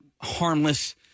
harmless